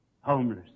Homeless